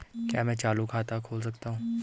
क्या मैं चालू खाता खोल सकता हूँ?